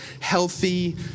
healthy